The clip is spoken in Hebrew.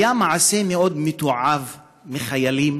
היה מעשה מאוד מתועב של חיילים